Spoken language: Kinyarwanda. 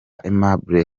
aimable